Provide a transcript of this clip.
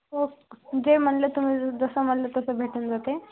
okay जे म्हणलं तुम्ही जसं म्हणलं तसं भेटून जाते